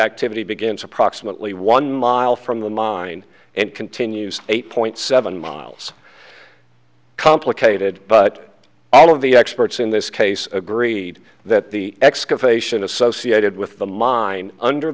activity begins approximately one mile from the mine and continues eight point seven miles complicated but all of the experts in this case agree that the excavation associated with the mine under